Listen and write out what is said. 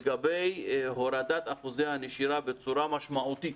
לגבי הורדת אחוזי הנשירה בצורה משמעותית,